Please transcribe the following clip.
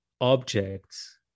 objects